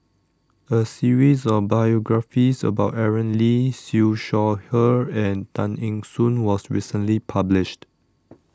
a series of biographies about Aaron Lee Siew Shaw Her and Tay Eng Soon was recently published